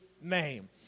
name